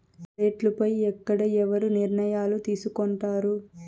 రేట్లు పై ఎక్కడ ఎవరు నిర్ణయాలు తీసుకొంటారు?